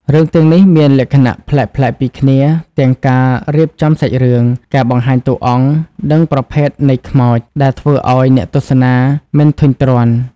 រឿងទាំងនេះមានលក្ខណៈប្លែកៗពីគ្នា ទាំងការរៀបចំសាច់រឿង ការបង្ហាញតួអង្គ និងប្រភេទនៃខ្មោច ដែលធ្វើឲ្យអ្នកទស្សនាមិនធុញទ្រាន់។